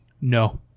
No